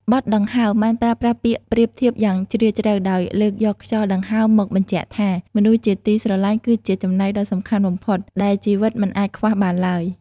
បទ "ដង្ហើម" បានប្រើប្រាស់ពាក្យប្រៀបធៀបយ៉ាងជ្រាលជ្រៅ ដោយលើកយកខ្យល់ដង្ហើមមកបញ្ជាក់ថា មនុស្សជាទីស្រឡាញ់គឺជាចំណែកដ៏សំខាន់បំផុតដែលជីវិតមិនអាចខ្វះបានឡើយ។